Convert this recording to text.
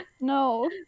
No